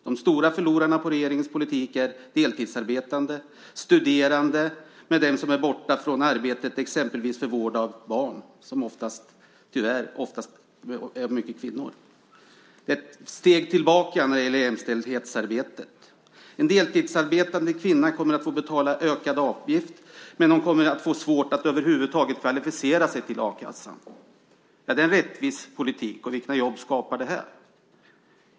De stora förlorarna på regeringens politik är deltidsarbetande, studerande och de som är borta från arbetet för vård av barn, som tyvärr oftast är kvinnor. Det är ett steg tillbaka i jämställdhetsarbetet. En deltidsarbetande kommer att få betala ökad avgift men kommer att få svårt att över huvud taget kvalificera sig för a-kassa. Är det en rättvis politik, och vilka jobb skapar den?